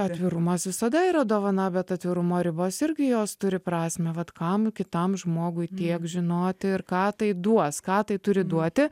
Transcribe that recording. atvirumas visada yra dovana bet atvirumo ribos irgi jos turi prasmę vat kam kitam žmogui tiek žinoti ir ką tai duos ką tai turi duoti